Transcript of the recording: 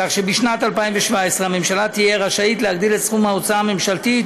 כך שבשנת 2017 הממשלה תהיה רשאית להגדיל את סכום ההוצאה הממשלתית